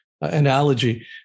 analogy